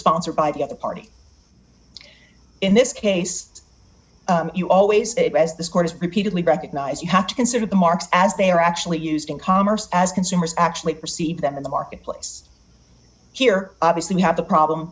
sponsored by the other party in this case you always as this court has repeatedly recognize you have to consider the marks as they are actually used in commerce as consumers actually perceive them in the marketplace here obviously you have the problem